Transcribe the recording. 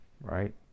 right